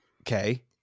Okay